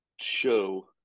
show